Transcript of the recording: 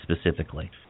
specifically